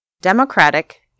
Democratic